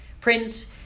Print